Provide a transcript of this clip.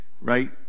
right